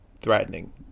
threatening